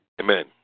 Amen